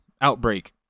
outbreak